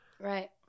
Right